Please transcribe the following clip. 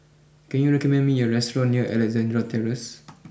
can you recommend me a restaurant near Alexandra Terrace